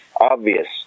obvious